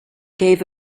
gave